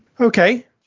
Okay